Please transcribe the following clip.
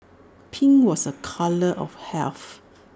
pink was A colour of health